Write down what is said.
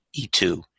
E2